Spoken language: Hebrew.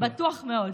בטוח מאוד.